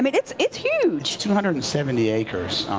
i mean it's it's huge. two hundred and seventy acres.